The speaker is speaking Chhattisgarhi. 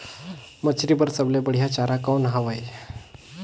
मछरी बर सबले बढ़िया चारा कौन हवय?